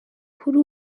kuri